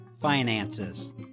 finances